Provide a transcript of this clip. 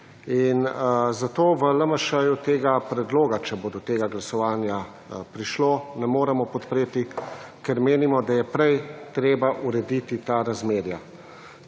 zato v LMŠ tega predloga, če bo do tega glasovanja prišlo ne moremo podpreti, ker menimo, da je prej treba urediti ta razmerja.